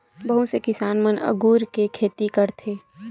बहुत से किसान मन अगुर के खेती करथ